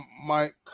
Mike